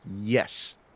Yes